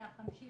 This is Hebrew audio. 150,